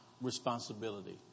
responsibility